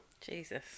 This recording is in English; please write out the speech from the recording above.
Jesus